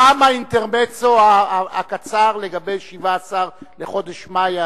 תם האינטרמצו הקצר לגבי 17 בחודש מאי,